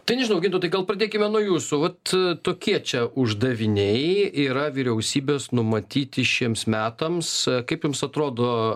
tai nežinau gintautai gal pradėkime nuo jūsų vat tokie čia uždaviniai yra vyriausybės numatyti šiems metams kaip jums atrodo